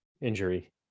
injury